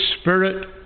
Spirit